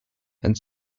and